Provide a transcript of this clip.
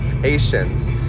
patience